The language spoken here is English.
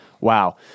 Wow